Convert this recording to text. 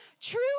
True